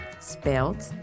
spelled